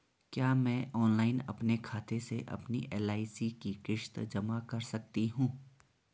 क्या मैं ऑनलाइन अपने खाते से अपनी एल.आई.सी की किश्त जमा कर सकती हूँ?